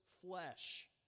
flesh